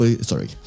Sorry